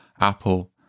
Apple